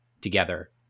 together